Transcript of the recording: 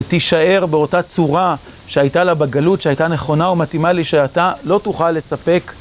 תישאר באותה צורה שהייתה לה בגלות, שהייתה נכונה ומתימלית, שאתה לא תוכל לספק.